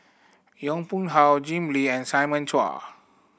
Yong Pung How Jim Lim and Simon Chua